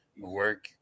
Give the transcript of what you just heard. Work